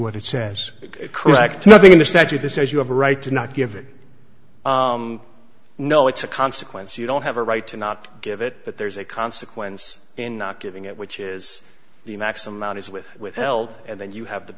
what it says correct nothing in the statute this is you have a right to not give it no it's a consequence you don't have a right to not give it but there's a consequence in not giving it which is the max amount is with withheld and then you have the